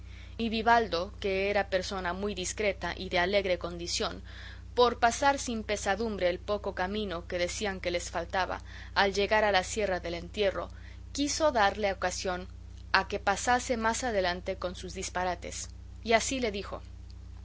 y vivaldo que era persona muy discreta y de alegre condición por pasar sin pesadumbre el poco camino que decían que les faltaba al llegar a la sierra del entierro quiso darle ocasión a que pasase más adelante con sus disparates y así le dijo